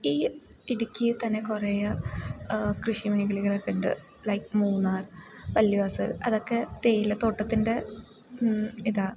ഈ ഇടുക്കി തന്നെ കുറേ കൃഷി മേഖലകളൊക്കെ ഉണ്ട് ലൈക്ക് മൂന്നാർ പല്വാസൽ അതൊക്കെ തേയില തോട്ടത്തിൻ്റെ ഇതാ